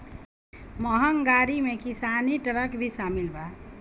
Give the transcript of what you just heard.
महँग गाड़ी में किसानी ट्रक भी शामिल बा